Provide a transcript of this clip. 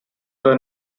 were